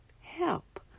help